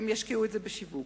הם ישקיעו אותו בשיווק.